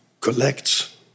collects